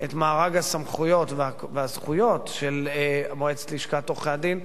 את מארג הסמכויות והזכויות של מועצת לשכת עורכי-הדין,